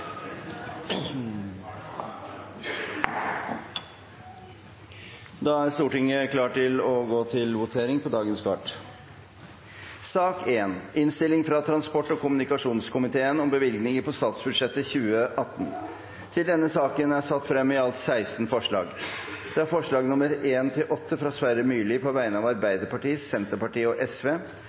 Da er Stortinget klar til å gå til votering. Under debatten er det satt frem i alt 16 forslag. Det er forslagene nr. 1–8, fra Sverre Myrli på vegne av Arbeiderpartiet, Senterpartiet og